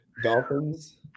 Dolphins